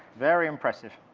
very impressive.